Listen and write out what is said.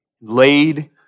laid